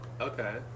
okay